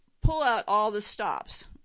pull-out-all-the-stops